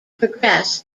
progress